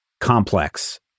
complex